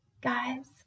guys